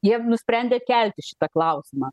jie nusprendė kelti šitą klausimą